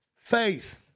faith